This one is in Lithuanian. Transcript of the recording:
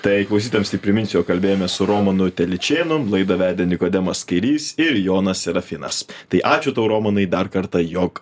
tai klausytojams tik priminsiu jog kalbėjome su romanu telyčėnų laidą vedė nikodemas kairys ir jonas serafinas tai ačiū tau romanai dar kartą jog